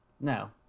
No